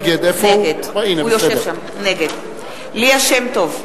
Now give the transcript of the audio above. נגד ליה שמטוב,